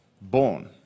born